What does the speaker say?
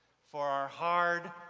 for our hard,